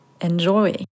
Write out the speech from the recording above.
enjoy